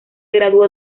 graduó